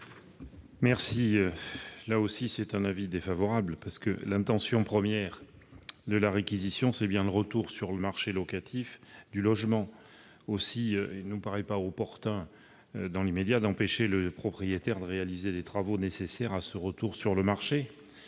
émet également un avis défavorable. L'intention première de la réquisition, c'est bien le retour sur le marché locatif du logement. Aussi, il ne nous paraît pas opportun, dans l'immédiat, d'empêcher le propriétaire de réaliser les travaux nécessaires à ce retour sur le marché.